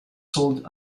sold